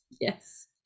Yes